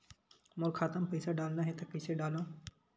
मोर खाता म पईसा डालना हे त कइसे डालव?